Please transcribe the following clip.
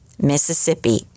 Mississippi